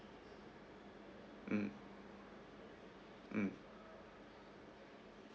mm mm